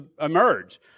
emerge